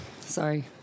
Sorry